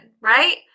right